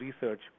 research